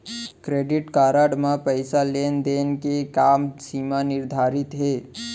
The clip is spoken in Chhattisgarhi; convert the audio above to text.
क्रेडिट कारड म पइसा लेन देन के का सीमा निर्धारित हे?